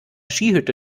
skihütte